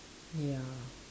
ya